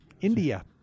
India